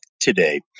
today